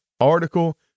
article